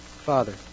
Father